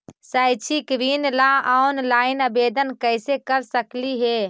शैक्षिक ऋण ला ऑनलाइन आवेदन कैसे कर सकली हे?